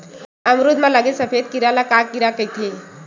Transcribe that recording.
अमरूद म लगे सफेद कीरा ल का कीरा कइथे?